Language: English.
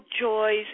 joys